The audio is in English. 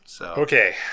Okay